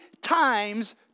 times